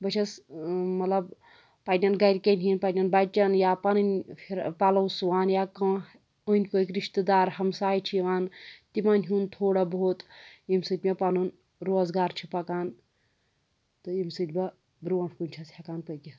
بہٕ چھَس مطلب پنٛنٮ۪ن گَرِکٮ۪ن ہِنٛدۍ پنٛنٮ۪ن بَچَن یا پَنٕںۍ فِرا پَلو سُوان یا کانٛہہ أنٛدۍ پٔکۍ رِشتہٕ دار ہمساے چھِ یِوان تِمَن ہُںٛد تھوڑا بہت ییٚمہِ سۭتۍ مےٚ پَنُن روزگار چھِ پَکان تہٕ ییٚمہِ سۭتۍ بہٕ برٛونٛٹھ کُن چھَس ہٮ۪کان پٔکِتھ